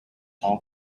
hong